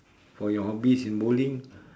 for your hobbies in bowling